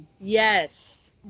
Yes